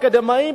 אקדמאים,